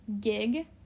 gig